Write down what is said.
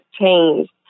changed